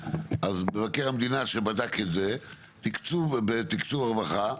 אז מבקר המדינה שבדק את זה בתקצוב הרווחה,